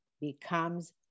becomes